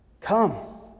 come